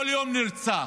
כל יום נרצח.